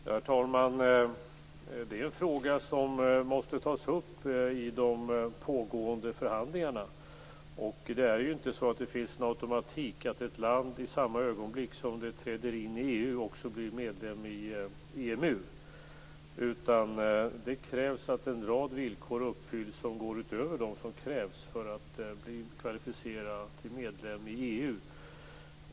Fru talman! Det är en fråga som måste tas upp i de pågående förhandlingarna. Det finns ingen automatik som gör att ett land i samma ögonblick som det träder in i EU också blir medlem i EMU. Det krävs att en rad villkor uppfylls som går utöver dem som krävs för att man skall kvalificera sig som medlem i EU.